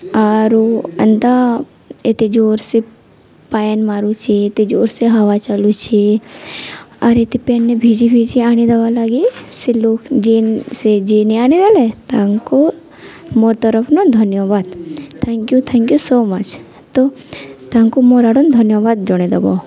ଆରୁ ଏନ୍ତା ଏତେ ଜୋର୍ସେ ପାଏନ୍ ମାରୁଛେ ଏତେ ଜୋର୍ସେ ହାୱ ଚାଲୁଛେ ଆର୍ ଏତେ ପାଏନ୍ରେ ଭିଜି ଭିଜି ଆଣିଦେବାର୍ ଲାଗି ସେ ଲୋକ୍ ଯେନ୍ ସେ ଯେନ୍ ଆଣିଦେଲେ ତାଙ୍କୁ ମୋର୍ ତରଫ୍ନୁ ଧନ୍ୟବାଦ୍ thank you thank you so much ତ ତାଙ୍କୁ ମୋର୍ ଆଡ଼ୁ ଧନ୍ୟବାଦ୍ ଜଣେଇ ଦେବ